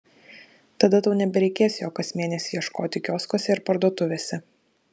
tada tau nebereikės jo kas mėnesį ieškoti kioskuose ir parduotuvėse